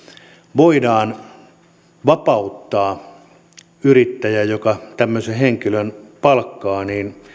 voidaan vapauttaa yrittäjä joka tämmöisen henkilön palkkaa